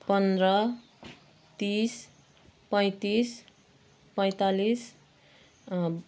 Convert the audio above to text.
पन्ध्र तिस पैँतिस पैँतालिस